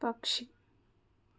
పక్షి